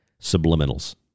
subliminals